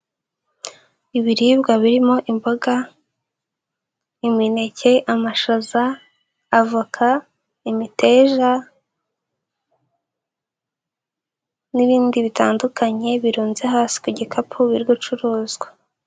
Ibiribwa birimo imboga, imineke, amashaza, avoka, imiteja n'ibindi bitandukanye birunze hasi gikapu biri gucuruzwa.